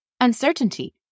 Uncertainty